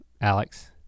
Alex